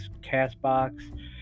Castbox